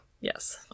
Yes